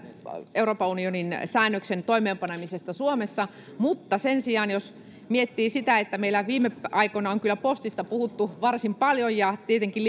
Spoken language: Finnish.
euroopan unionin säännöksen toimeenpanemisesta suomessa sen sijaan jos miettii sitä että meillä viime aikoina on kyllä postista puhuttu varsin paljon ja tietenkin